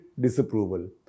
disapproval